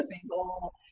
single